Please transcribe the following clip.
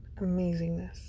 amazingness